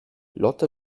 lotte